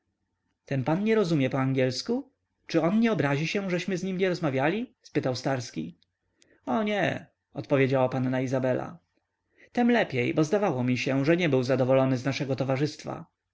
ten pan nie rozumie po angielsku czy on nie obrazi się żeśmy z nim nie rozmawiali spytał starski o nie odpowiedziała panna izabela temlepiej bo zdawało mi się że nie był zadowolony z naszego towarzystwa